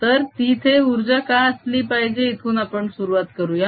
तर तिथे उर्जा का असली पाहिजे इथून आपण सुरुवात करूया